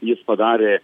jis padarė